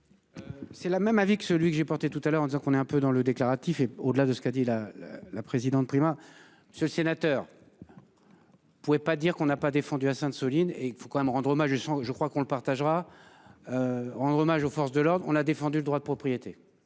C'est la même avis que celui que j'ai porté tout à l'heure en disant qu'on est un peu dans le déclaratif et au-delà de ce qu'a dit la la présidente Prima ce sénateur. Ne pouvait pas dire qu'on n'a pas défendu à Sainte-, Soline et qu'faut quand même rendre hommage sans. Je crois qu'on le partagera. Rendre hommage aux forces de l'ordre, on a défendu le droit de propriété.